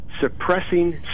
suppressing